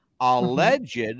alleged